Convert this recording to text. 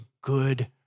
good